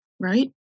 Right